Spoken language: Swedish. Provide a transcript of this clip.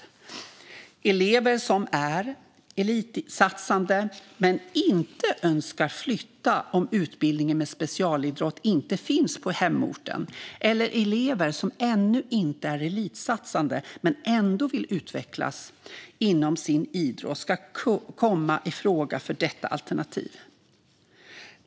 Elever som är elitsatsande men som inte önskar flytta om utbildningen med specialidrott inte finns på hemorten, liksom elever som ännu inte är elitsatsande men ändå vill utvecklas inom sin idrott, kan komma i fråga för detta alternativ.